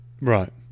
right